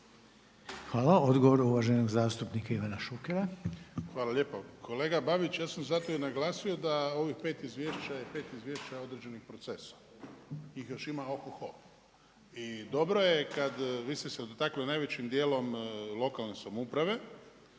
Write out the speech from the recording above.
Hvala. Odgovor uvaženog zastupnika Ivana Šukera. **Šuker, Ivan (HDZ)** Hvala lijepa. Kolega Babić ja sam zato i naglasio da ovih pet izvješća je pet izvješća određenih procesa ih još ima o ho ho. I vi ste se dotakli najvećim dijelom lokalne samouprave